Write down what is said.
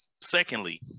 Secondly